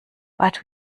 but